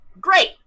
great